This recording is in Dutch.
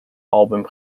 album